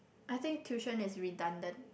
I think tuition is redundant